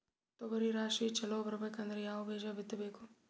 ತೊಗರಿ ರಾಶಿ ಚಲೋ ಬರಬೇಕಂದ್ರ ಯಾವ ಬೀಜ ಬಿತ್ತಬೇಕು?